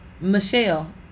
Michelle